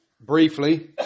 briefly